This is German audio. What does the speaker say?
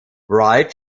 wright